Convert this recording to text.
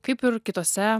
kaip ir kitose